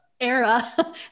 era